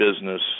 business